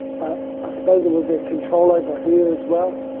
but i suppose it was that control over her as well,